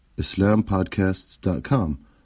islampodcasts.com